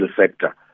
sector